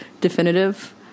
definitive